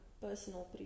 personal